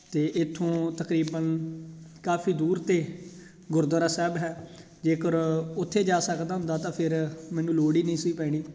ਅਤੇ ਇੱਥੋਂ ਤਕਰੀਬਨ ਕਾਫੀ ਦੂਰ ਤਾਂ ਗੁਰਦੁਆਰਾ ਸਾਹਿਬ ਹੈ ਜੇਕਰ ਉੱਥੇ ਜਾ ਸਕਦਾ ਹੁੰਦਾ ਤਾਂ ਫਿਰ ਮੈਨੂੰ ਲੋੜ ਹੀ ਨਹੀਂ ਸੀ ਪੈਣੀ